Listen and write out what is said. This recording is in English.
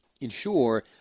ensure